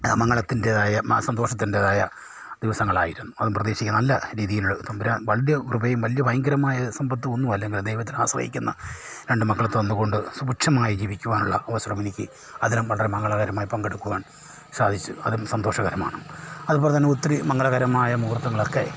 മംഗളത്തിൻ്റെതായ മനഃസന്തോഷത്തിൻ്റെതായ ദിവസങ്ങളായിരുന്നു അത് പ്രതേകിച്ച് നല്ല രീതിയിൽ തമ്പുരാൻ വലിയ കൃപയും വലിയ ഭയങ്കരമായ സമ്പത്തുമൊന്നു അല്ലങ്കിലും ദൈവത്തെ ആശ്രയിക്കുന്ന രണ്ട് മക്കളെ തന്നുകൊണ്ട് സുഭിക്ഷമായി ജീവിക്കുവാനുള്ള അവസരമെനിക്ക് അതിലും വളരെ മംഗളകരമായി പങ്കെടുക്കുവാൻ സാധിച്ചു അതും സന്തോഷകരമാണ് അതുപോലെ തന്നെ ഒത്തിരി മംഗളകരമായ മുഹൂർത്തങ്ങളൊക്കെ